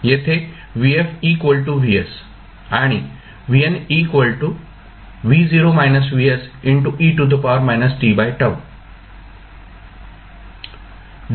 येथे आणि